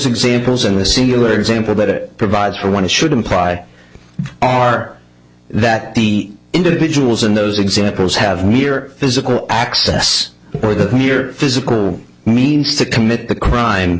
examples and the singular example that it provides for want to should imply are that the individuals in those examples have mere physical access or the mere physical means to commit the crime